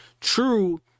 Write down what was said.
True